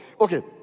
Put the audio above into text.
Okay